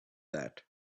that